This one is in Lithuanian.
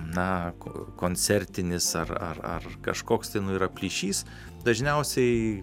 na kur koncertinis ar ar ar kažkoks nu yra plyšys dažniausiai